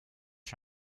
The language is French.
qui